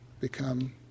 become